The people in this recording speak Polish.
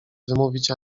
wymówić